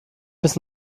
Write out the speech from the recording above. bis